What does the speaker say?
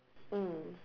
mm